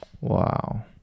wow